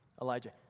Elijah